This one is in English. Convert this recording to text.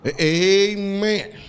Amen